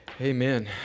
Amen